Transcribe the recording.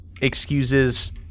excuses